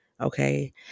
okay